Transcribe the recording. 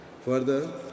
Further